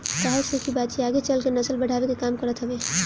काहे से की बाछी आगे चल के नसल बढ़ावे के काम करत हवे